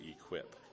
equip